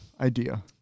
idea